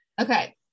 Okay